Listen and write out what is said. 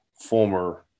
former